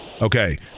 Okay